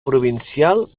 provincial